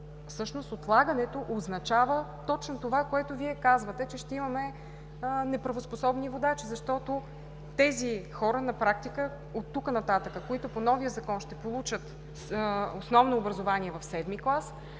Всъщност отлагането означава точно това, което Вие казвате – че ще имаме неправоспособни водачи. Защото на тези хора оттук нататък, които по новия Закон ще получат основно образование в VII клас,